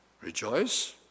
Rejoice